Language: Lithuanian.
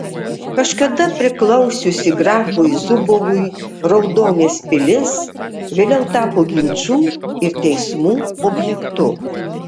kažkada priklausiusi grafui zubovui raudonės pilis vėliau tapo ginčų ir teismų objektu